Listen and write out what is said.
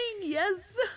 yes